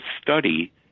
study